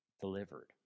delivered